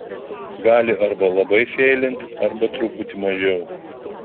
gali arba labai feilint arba truputį mažiau